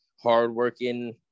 hardworking